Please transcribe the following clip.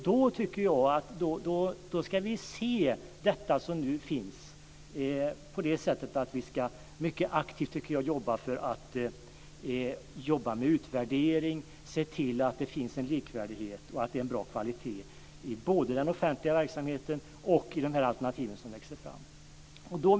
Då tycker jag att vi ska se detta som nu finns på det sättet att vi mycket aktivt ska jobba med utvärdering och se till att det finns en likvärdighet och att det är en bra kvalitet både i den offentliga verksamheten och i de alternativ som växer fram.